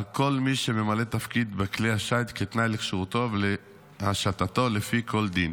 על כל מי שממלא תפקיד בכלי השיט כתנאי לכשירותו ולהשטתו לפי כל דין